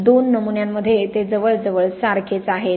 दोन नमुन्यांमध्ये ते जवळजवळ सारखेच आहेत